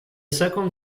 second